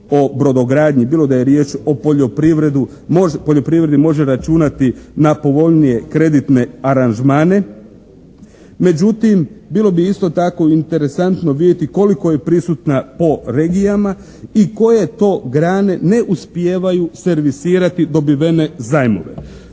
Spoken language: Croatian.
o brodogradnji, bilo da je riječ o poljoprivredi može računati na povoljnije kreditne aranžmane međutim bilo bi isto tako interesantno vidjeti koliko je prisutna po regijama i koje to grane ne uspijevaju servisirati dobivene zajmove.